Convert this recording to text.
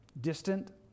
distant